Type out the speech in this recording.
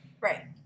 Right